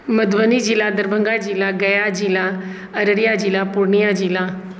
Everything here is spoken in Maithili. मधुबनी जिला दरभङ्गा जिला गया जिला अररिया जिला पूर्णियाँ जिला